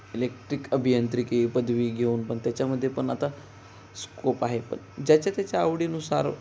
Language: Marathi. इलेक्ट्रिक अभियंत्रिकी पदवी घेऊन पण त्याच्यामध्ये पण आता स्कोप आहे पण ज्याच्या त्याच्या आवडीनुसार